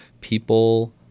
People